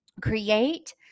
create